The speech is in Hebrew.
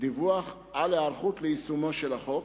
דיווח על ההיערכות ליישומו של החוק.